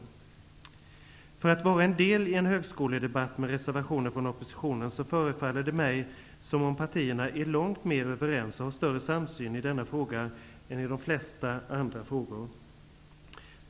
Trots att det gäller en högskoledebatt med reservationer från oppositionen förefaller det mig som om partierna är långt mer överens och har större samsyn i denna fråga än i de flesta andra.